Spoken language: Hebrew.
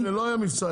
לא היה מבצע.